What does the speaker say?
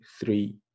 three